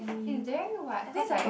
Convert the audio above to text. very wide cause like